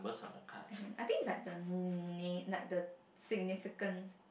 I don't know I think is like the name like the significance